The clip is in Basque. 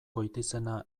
goitizena